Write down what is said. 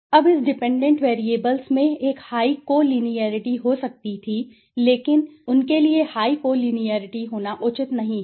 अब इस डिपेंडेंट वैरिएबल्समें एक हाई को लीनियरिटी हो सकती थी उनके लिए हाई को लीनियरिटी होना उचित नहीं है